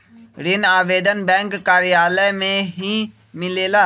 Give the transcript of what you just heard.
ऋण आवेदन बैंक कार्यालय मे ही मिलेला?